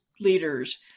leaders